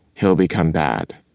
he'll become bad.